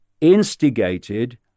instigated